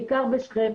בעיקר בשכם,